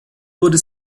wurde